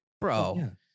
bro